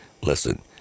Listen